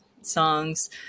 songs